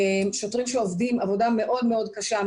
שוטרים שעובדים עבודה מאוד מאוד קשה,